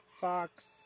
fox